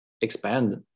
expand